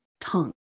tongue